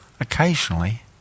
occasionally